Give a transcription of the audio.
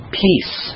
peace